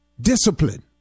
Discipline